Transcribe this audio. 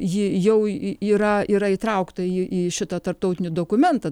ji jau yra yra įtraukta į į į šitą tarptautinį dokumentą